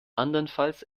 andernfalls